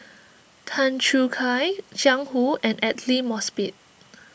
Tan Choo Kai Jiang Hu and Aidli Mosbit